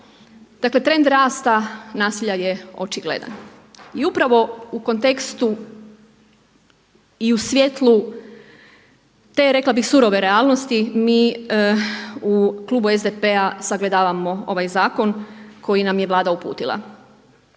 Dakle trend rasta nasilja je očigledan. I upravo u kontekstu i u svijetlu te rekla bih surove realnosti, mi u klubu SDP-a sagledavamo ovaj zakon koji nam je Vlada uputila.